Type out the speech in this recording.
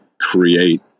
create